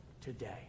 today